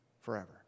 forever